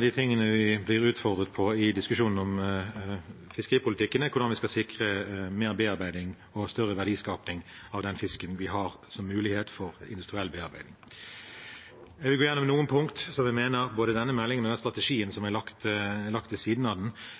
de tingene vi blir utfordret på i diskusjonen om fiskeripolitikken, er hvordan vi skal sikre mer bearbeiding og større verdiskaping av den fisken vi har, altså mulighet for industriell bearbeiding. Vi er enige om noen punkter, både i denne meldingen og i strategien som er